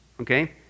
okay